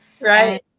Right